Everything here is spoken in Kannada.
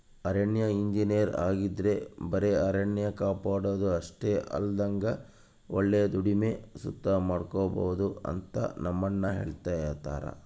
ಅರಣ್ಯ ಇಂಜಿನಯರ್ ಆಗಿದ್ರ ಬರೆ ಅರಣ್ಯ ಕಾಪಾಡೋದು ಅಷ್ಟೆ ಅಲ್ದಂಗ ಒಳ್ಳೆ ದುಡಿಮೆ ಸುತ ಮಾಡ್ಬೋದು ಅಂತ ನಮ್ಮಣ್ಣ ಹೆಳ್ತಿರ್ತರ